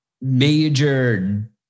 major